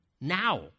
now